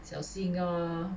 小心哦